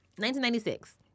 1996